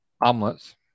omelets